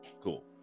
Cool